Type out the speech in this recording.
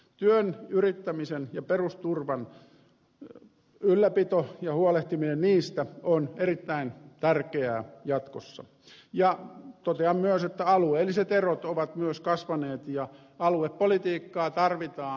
työn yrittämisen ja perusturvan ylläpito ja huolehtiminen niistä on erittäin tärkeää jatkossa ja totean myös että alueelliset erot ovat myös kasvaneet ja aluepolitiikkaa tarvitaan